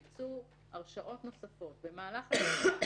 ביצעו הרשעות נוספות במהלך התקופה,